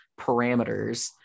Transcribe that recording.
parameters